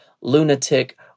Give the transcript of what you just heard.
lunatic